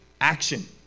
action